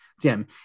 tim